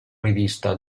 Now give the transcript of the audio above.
rivista